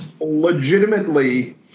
legitimately